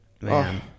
man